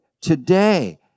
today